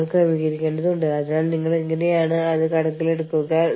നിങ്ങൾക്കറിയാമോ നിങ്ങൾ എങ്ങനെയാണ് ഈ കാര്യങ്ങൾ വിന്യസിക്കുന്നത്